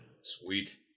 Sweet